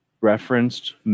referenced